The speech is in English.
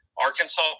Arkansas